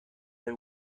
they